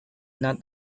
not